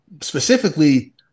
specifically